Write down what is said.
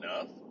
enough